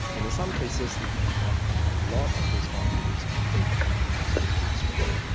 and in some cases if they have a lot of those barnacles they become effectively castrated.